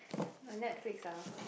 my Netflix ah